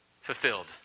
fulfilled